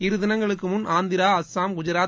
இரு தினங்களுக்கு முன் ஆந்திரா அஸ்ஸாம் குஜராத்